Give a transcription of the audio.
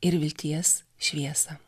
ir vilties šviesą